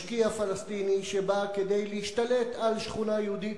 משקיע פלסטיני שבא כדי להשתלט על שכונה יהודית,